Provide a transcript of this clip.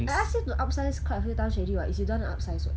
I ask you to upsize quite a few times already [what] it's you don't want to upsize [what]